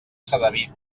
sedaví